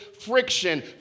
friction